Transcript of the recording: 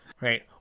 Right